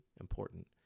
important